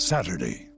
Saturday